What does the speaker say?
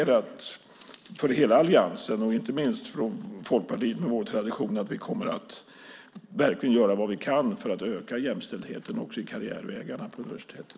Jag kan från hela alliansen, inte minst från Folkpartiet med vår tradition, garantera att vi verkligen kommer att göra vad vi kan för att öka jämställdheten i karriärvägarna på universiteten.